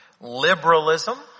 Liberalism